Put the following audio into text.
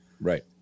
Right